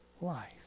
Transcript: life